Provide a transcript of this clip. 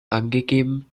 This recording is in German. angegeben